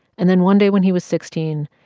and then, one day, when he was sixteen,